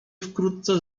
wkrótce